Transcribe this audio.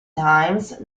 times